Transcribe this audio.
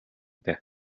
дээ